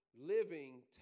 living